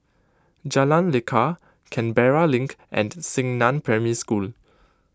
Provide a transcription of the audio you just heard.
Jalan Lekar Canberra Link and Xingnan Primary School